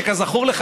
שכזכור לך,